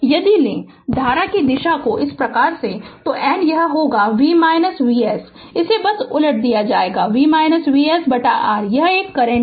यदि ले धारा दिशा को इस प्रकार से n यह एक होगा v V s बस इसे उलट दिया जाएगा यह V V s बटा r यह करंट है